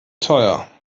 teuer